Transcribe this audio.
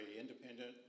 independent